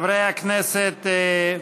חברי הכנסת,